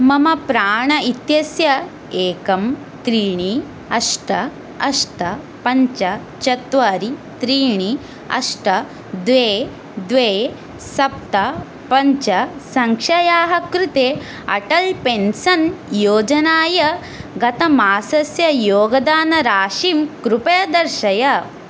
मम प्राण इत्यस्य एकं त्रीणि अष्ट अष्ट पञ्च चत्वारि त्रीणि अष्ट द्वे द्वे सप्त पञ्च सङ्ख्यायाः कृते अटल् पेन्सन् योजनायाः गतमासस्य योगदानराशिं कृपया दर्शय